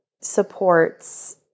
supports